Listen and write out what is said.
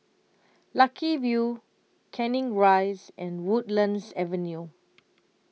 Lucky View Canning Rise and Woodlands Avenue